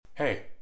Hey